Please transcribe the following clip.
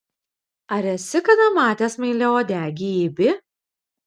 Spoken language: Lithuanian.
ar esi kada matęs smailiauodegį ibį